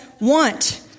want